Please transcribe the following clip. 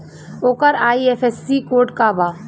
ओकर IFSC code का बा?